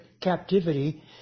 captivity